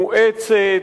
מואצת,